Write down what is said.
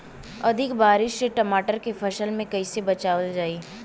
अधिक बारिश से टमाटर के फसल के कइसे बचावल जाई?